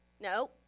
No